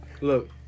Look